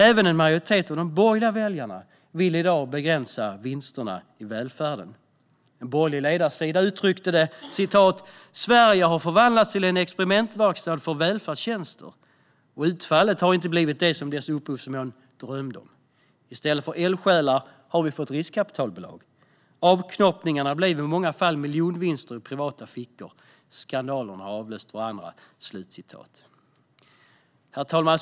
Även en majoritet av de borgerliga väljarna vill i dag begränsa vinsterna i välfärden. En borgerlig ledarsida har uttryckt följande: "Sverige har förvandlats till en experimentverkstad för välfärdstjänster. Och utfallet har inte blivit det som dess upphovsmän drömde om. I stället för eldsjälar har vi fått riskkapitalbolag. Avknoppningarna blev i många fall miljonvinster i privata fickor. Skandalerna har avlöst varandra." Herr talman!